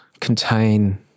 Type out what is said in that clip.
contain